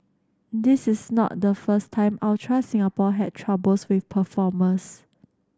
this is not the first time Ultra Singapore had troubles with performers